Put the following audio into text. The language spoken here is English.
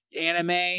anime